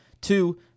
Two